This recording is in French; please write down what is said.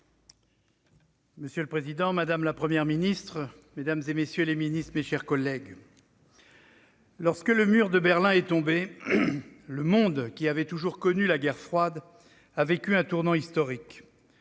Monsieur le président, madame la Première ministre, mesdames, messieurs les ministres, mes chers collègues, lorsque le mur de Berlin est tombé, le monde, qui avait toujours connu la guerre froide, a vécu un tournant historique.